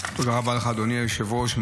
היושב-ראש.